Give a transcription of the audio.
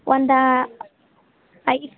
ಒಂದು ಐದು